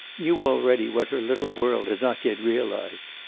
knew already what her little world had not yet realized,